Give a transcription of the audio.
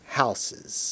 houses